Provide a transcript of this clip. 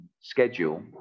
schedule